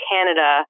Canada